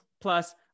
plus